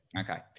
Okay